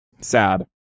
Sad